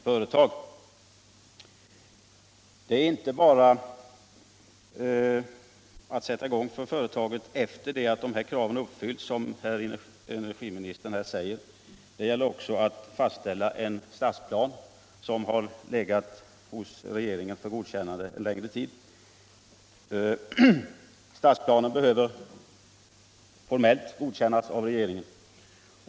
Företaget i detta fall har inte bara att sätta i gång efter det att vissa krav uppfyllts, vilket energiministern påstår. Det gäller även att fastställa en stadsplan. Den har legat hos regeringen för godkännande en längre tid. Stadsplanen behöver formellt fastställas av regeringen.